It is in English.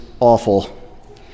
Awful